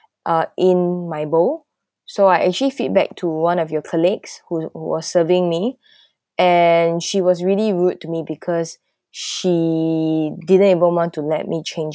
uh in my bowl so I actually feedback to one of your colleagues who who was serving me and she was really rude to me because she didn't even want to let me change